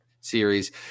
series